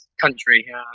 country